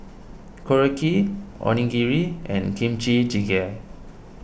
Korokke Onigiri and Kimchi Jjigae